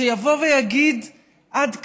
שיבוא ויגיד: עד כאן?